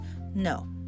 No